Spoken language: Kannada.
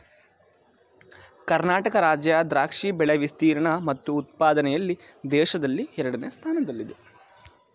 ಕರ್ನಾಟಕ ರಾಜ್ಯ ದ್ರಾಕ್ಷಿ ಬೆಳೆ ವಿಸ್ತೀರ್ಣ ಮತ್ತು ಉತ್ಪಾದನೆಯಲ್ಲಿ ದೇಶದಲ್ಲೇ ಎರಡನೇ ಸ್ಥಾನದಲ್ಲಿದೆ